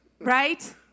Right